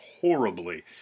horribly